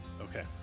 Okay